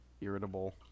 irritable